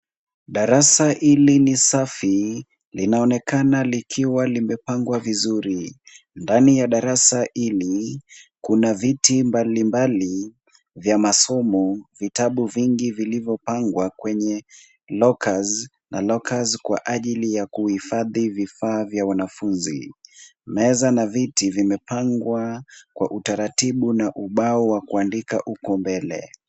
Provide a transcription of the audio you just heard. Darasa hili ni safi. Linaonekana likiwa limepangwa vizuri. Ndani ya darasa hili kuna viti mbali mbali vya masomo, vitabu vingi vilivyopangwa kwenye lockers na lockers kwa ajili ya kuhifadhi vifaa vya wanafunzi. Meza na viti vimepangwa kwa utaratibu na ubao wa kuandika uko mbele.